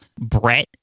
Brett